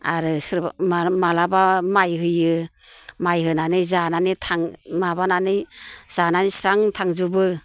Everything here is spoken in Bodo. आरो माब्लाबा माइ होयो माइ होनानै जानानै थां माबानानै जाना स्रां थांजोबो